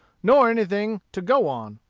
nor anything to go on.